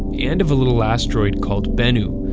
and of a little asteroid called bennu,